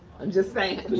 i'm just saying.